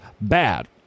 bad